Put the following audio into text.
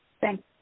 Thanks